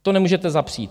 To nemůžete zapřít.